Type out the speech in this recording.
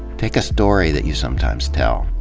take a story that you sometimes tell,